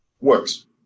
works